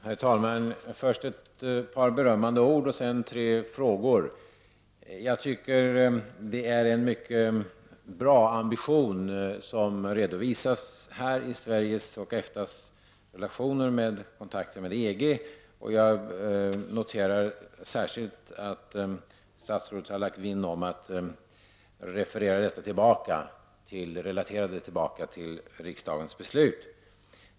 Herr talman! Först vill jag komma med ett par berömmande ord och sedan med tre frågor. Det är en mycket bra ambition som redovisas här när det gäller Sveriges och EFTA:s relationer med EG. Jag noterar särskilt att statsrådet har lagt sig vinn om att relatera detta tillbaka till riksdagens beslut.